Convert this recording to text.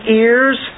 ears